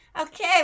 Okay